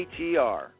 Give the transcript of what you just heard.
atr